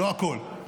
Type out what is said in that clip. לא הכול.